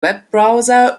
webbrowser